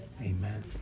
Amen